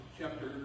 chapter